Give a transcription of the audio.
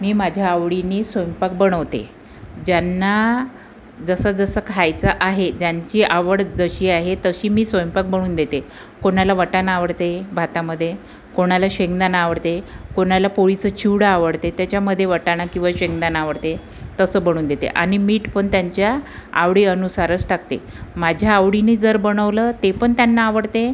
मी माझ्या आवडीने स्वयंपाक बनवते ज्यांना जसं जसं खायचं आहे त्यांची आवड जशी आहे तशी मी स्वयंपाक बनवून देते कोणाला वाटाणा आवडते भातामध्ये कोणाला शेंगदाणा आवडते कोणाला पोळीचा चिवडा आवडते त्याच्यामध्ये वाटाणा किंवा शेंगदाणा आवडते तसं बनवून देते आणि मीठ पण त्यांच्या आवडी अनुसारच टाकते माझ्या आवडीने जर बनवलं ते पण त्यांना आवडते